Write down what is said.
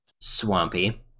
swampy